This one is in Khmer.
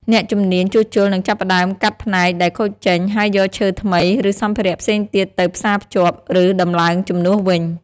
អ្នកជំនាញជួសជុលនឹងចាប់ផ្ដើមកាត់ផ្នែកដែលខូចចេញ ហើយយកឈើថ្មី ឬសម្ភារៈផ្សេងទៀតទៅផ្សាភ្ជាប់ ឬដំឡើងជំនួសវិញ។